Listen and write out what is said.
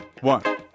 one